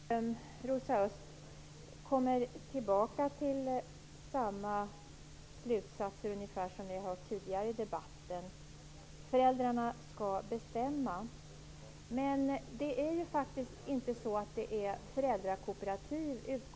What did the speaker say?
Fru talman! Rosa Östh återkommer till ungefär samma slutsatser vi hört tidigare i debatten, nämligen att föräldrarna skall bestämma. Men jag utgår från att det inte är föräldrakooperativ som ni talar om.